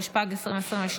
התשפ"ג 2022,